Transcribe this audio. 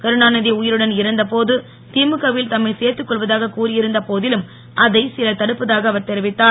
கருணாநிதி உயிருடன் இருந்த போது திமுக வில் தம்மை சேர்த்துக் கொள்வதாக கூறி இருந்த போதிலும் அதை சிலர் தடுப்பதாக அவர் தெரிவித்தார்